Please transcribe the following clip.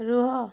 ରୁହ